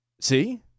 See